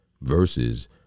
versus